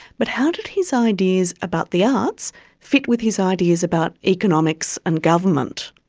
but how did his ideas about the arts fit with his ideas about economics and government?